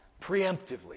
Preemptively